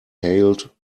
hailed